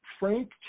Frank